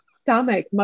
stomach